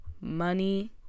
Money